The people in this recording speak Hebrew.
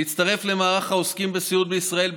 להצטרף למערך העוסקים בסיעוד בישראל,